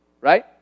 right